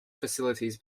facilities